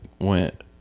went